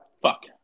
Fuck